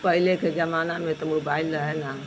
पहले के ज़माना में तो मोबाइल रहे न